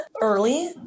early